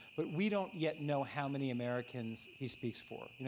but we don't yet know how many americans he speaks for.